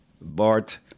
Bart